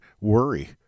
worry